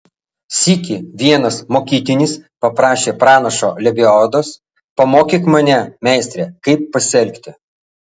sykį vienas mokytinis paprašė pranašo lebiodos pamokyk mane meistre kaip pasielgti